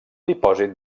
dipòsit